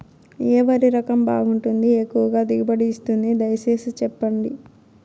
ఏ వరి రకం బాగుంటుంది, ఎక్కువగా దిగుబడి ఇస్తుంది దయసేసి చెప్పండి?